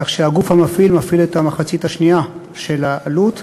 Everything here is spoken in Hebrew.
כך שהגוף המפעיל מפעיל את המחצית השנייה של העלות,